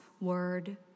word